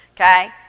okay